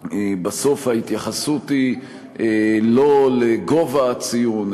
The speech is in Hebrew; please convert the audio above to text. בסוף ההתייחסות היא לא לגובה הציון,